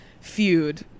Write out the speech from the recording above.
feud